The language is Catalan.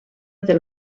del